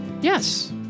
Yes